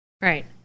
Right